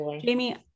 Jamie